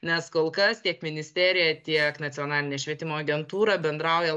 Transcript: nes kol kas tiek ministerija tiek nacionalinė švietimo agentūra bendrauja